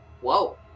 Whoa